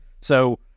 So-